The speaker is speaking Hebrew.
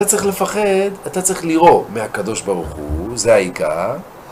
אתה צריך לפחד, אתה צריך לירוא מהקדוש ברוך הוא, זה העיקר.